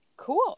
Cool